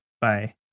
bye